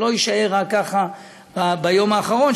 שלא יישאר רק ביום האחרון,